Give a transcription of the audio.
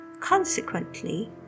Consequently